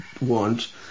want